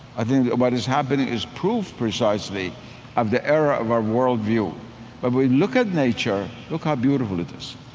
i think what is happening is proof precisely of the error of our worldview. when we look at nature, look how beautiful it is.